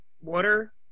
water